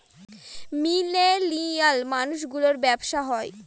millennial মানুষ গুলোর ব্যাবসা হয়